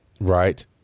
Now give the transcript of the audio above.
right